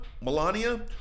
Melania